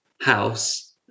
house